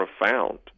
profound